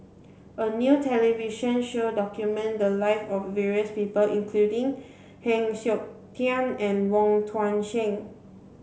a new television show documented the lives of various people including Heng Siok Tian and Wong Tuang Seng